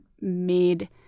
made